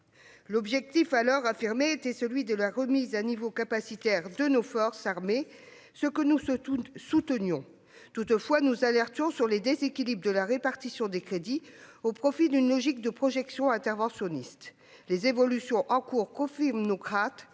L'objectif alors affirmé était celui de la remise à niveau capacitaire de nos forces armées, ce que nous soutenions. Toutefois, nous alertions sur les déséquilibres de la répartition des crédits, au profit d'une logique de projection interventionniste. Les évolutions en cours confirment nos craintes,